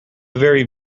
very